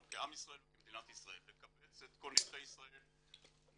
כעם ישראל וכמדינת ישראל לקבץ את כל נתחי ישראל מהדרום,